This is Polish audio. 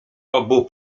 obu